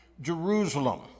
Jerusalem